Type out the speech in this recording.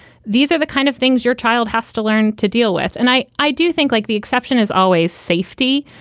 these are the kind of things your child has to learn to deal with. and i i do think, like the exception is always safety.